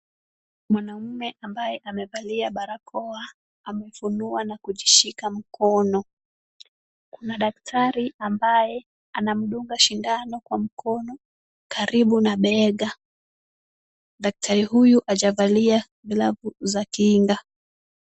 Mwanaume ambaye amevalia barakoa amefunua na kujishika mkono. Kuna daktari ambaye anamdunga sindano kwa mkono karibu na bega. Daktari huyu hajavalia glavu za kinga.